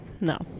No